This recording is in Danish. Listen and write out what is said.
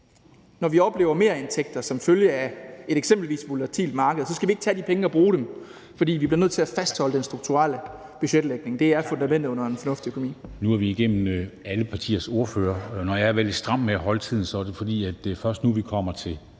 når vi oplever merindtægter som følge af eksempelvis et volatilt marked, skal tage de penge og bruge dem, for vi bliver nødt til at fastholde den strukturelle budgetlægning. Det er fundamentet under en fornuftig økonomi. Kl. 09:46 Formanden (Henrik Dam Kristensen): Nu er vi igennem alle partiers ordførere. Når jeg har været lidt stram med at holde tiden, er det, fordi det først er nu, vi kommer til